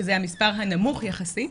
שזה המספר הנמוך יחסית,